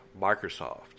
Microsoft